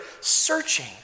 searching